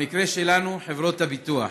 במקרה שלנו, חברות הביטוח,